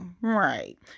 Right